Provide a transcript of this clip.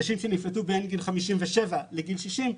כאשר לגבי נשים שנפלטו בין גיל 57 לגיל 60,